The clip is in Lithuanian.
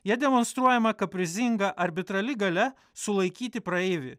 ja demonstruojama kaprizinga arbitrali galia sulaikyti praeivį